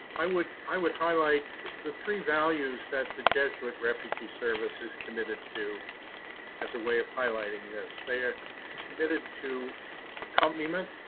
i would i would highlight the three values that the jesuit refugee service is committed to as a way of highlighting this. they are and committed to accompaniment,